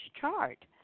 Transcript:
chart